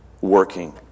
working